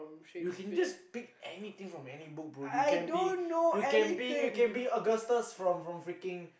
you can just pick anything from any book bro you can be you can be you can be Augustus from from freaking